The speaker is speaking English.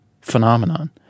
phenomenon